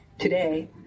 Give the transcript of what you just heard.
Today